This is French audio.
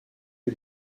que